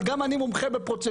אבל גם אני מומחה בפרוצדורות,